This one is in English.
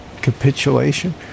capitulation